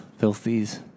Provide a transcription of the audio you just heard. Filthies